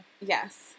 Yes